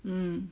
mm